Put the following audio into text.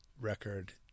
record